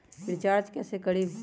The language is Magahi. रिचाज कैसे करीब?